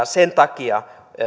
sen takia